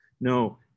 No